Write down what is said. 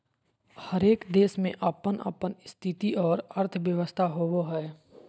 हरेक देश के अपन अपन स्थिति और अर्थव्यवस्था होवो हय